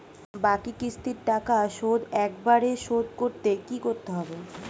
বাকি কিস্তির টাকা শোধ একবারে শোধ করতে কি করতে হবে?